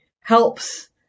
helps